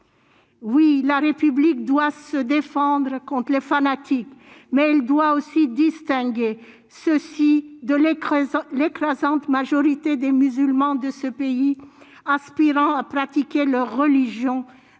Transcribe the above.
Oui, la République doit se défendre contre les fanatiques. Mais elle doit aussi distinguer ceux-ci de l'écrasante majorité des musulmans de ce pays, aspirant à pratiquer leur religion